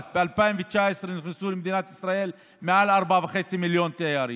ב-2019 נכנסו למדינת ישראל מעל 4.5 מיליון תיירים,